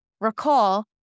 recall